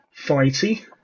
fighty